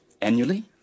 annually